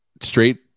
straight